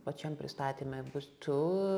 pačiam pristatyme bus tu